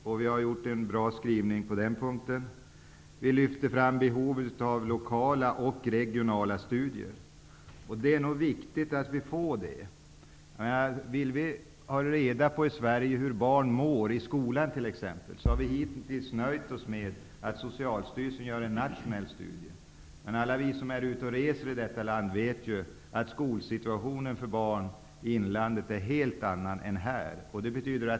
Utskottet har gjort en bra skrivning när det gäller det området. Behovet av lokala och regionala studier lyfts fram. Det är nog viktigt att vi får sådana. Om vi i Sverige vill ha reda på hur barn i exempelvis skolan mår, har vi hitintills nöjt oss med att Socialstyrelsen gör en nationell studie. Men alla vi som är ute reser i detta land vet ju att skolsituationen för barn i inlandet är en helt annan än exempelvis här.